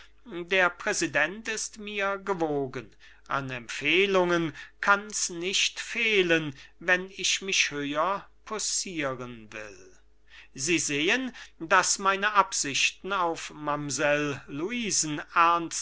der präsident ist mir gewogen an empfehlungen kann's nicht fehlen wenn ich mich höher poussieren will sie sehen daß meine absichten auf mamsell luisen